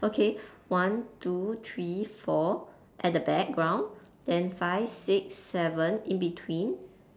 okay one two three four at the background then five six seven in between